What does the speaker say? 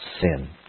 sin